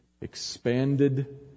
expanded